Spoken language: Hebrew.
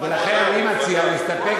ולכן אני מציע להסתפק